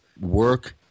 work